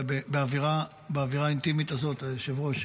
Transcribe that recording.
באווירה האינטימית הזאת, היושב-ראש,